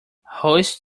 hoist